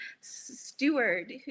steward